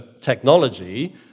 technology